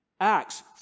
Acts